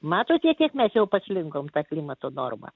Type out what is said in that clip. matote kiek mes jau paslinkom tą klimato normą